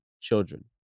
children